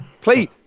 please